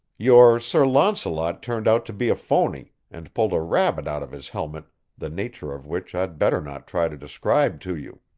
your sir launcelot turned out to be a phony, and pulled a rabbit out of his helmet the nature of which i'd better not try to describe to you.